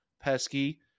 pesky